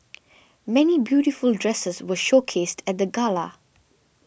many beautiful dresses were showcased at the gala